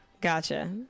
Gotcha